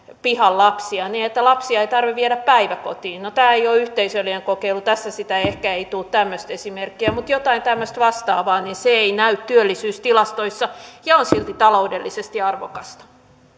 pihan lapsia niin että lapsia ei tarvitse viedä päiväkotiin no tämä ei ole yhteisöllinen kokeilu tässä ehkä ei tule tämmöistä esimerkkiä mutta jotain tämmöistä vastaavaa se ei näy työllisyystilastoissa ja on silti taloudellisesti arvokasta